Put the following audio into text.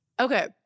Okay